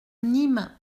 nîmes